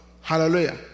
Hallelujah